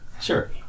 Sure